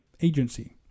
agency